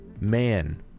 man